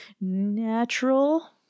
natural